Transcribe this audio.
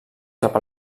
cap